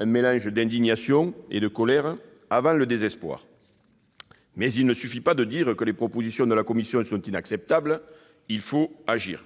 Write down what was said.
un mélange d'indignation et de colère, avant le désespoir. Mais il ne suffit pas de dire que les propositions de la Commission européenne sont inacceptables ; il faut agir